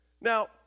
Now